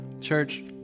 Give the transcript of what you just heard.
Church